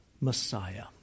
Messiah